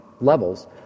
levels